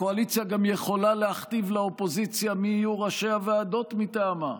הקואליציה גם יכולה להכתיב לאופוזיציה מי יהיו ראשי הוועדות מטעמה.